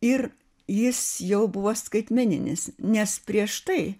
ir jis jau buvo skaitmeninis nes prieš tai